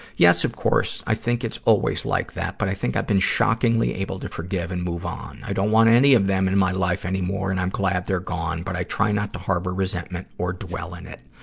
yes, of course. i think it's always like that, but i think i've been shockingly able to forgive and move on. i don't want any of them in my life anymore and i'm glad they're gone, but i try not to harbor resentment or dwell in it.